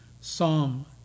psalm